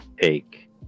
take